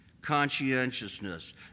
conscientiousness